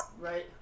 Right